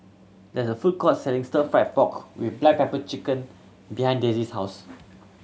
there is a food court selling Stir Fry pork with black pepper behind Dessie's house